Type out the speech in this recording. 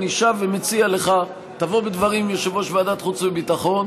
אני שב ומציע לך: תבוא בדברים עם יושב-ראש ועדת חוץ וביטחון,